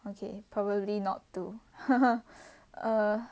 okay probably not two err